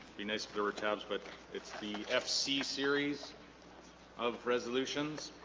be nice if there were tabs but it's the fc series of resolutions